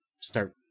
start